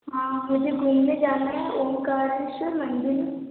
हाँ मुझे घूमने जाना है ओम कालेश्वर मंदिर